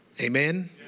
Amen